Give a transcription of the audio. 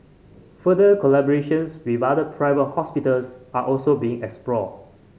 further collaborations with other private hospitals are also being explored